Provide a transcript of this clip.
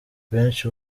benshi